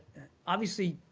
obviously,